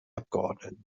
abgeordneten